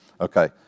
Okay